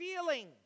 feeling